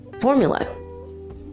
formula